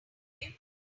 him